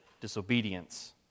disobedience